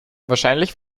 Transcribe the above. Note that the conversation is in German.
wahrscheinlich